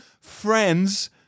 friends